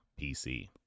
PC